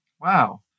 Wow